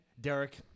Derek